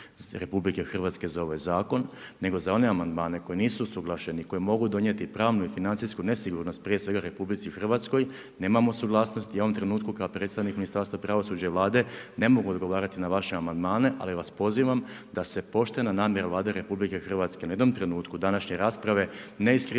građani RH za ovaj zakon nego za one amandmane koji nisu usuglašeni, koji mogu donijeti pravnu i financijsku nesigurnost prije svega RH nemamo suglasnosti i u ovom trenutku kao predstavnik Ministarstva pravosuđa i Vlade ne mogu odgovarati na vaše amandmane, ali vas pozivam da se poštena namjera Vlade RH ni u jednom trenutku današnje rasprave ne iskrivljuje